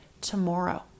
tomorrow